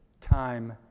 time